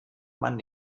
man